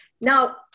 Now